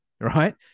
Right